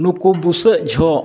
ᱱᱩᱠᱩ ᱵᱩᱥᱟᱹᱜ ᱡᱚᱠᱷᱮᱡ